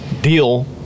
deal